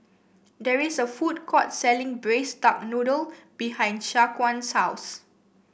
there is a food court selling Braised Duck Noodle behind Shaquan's house